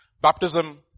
Baptism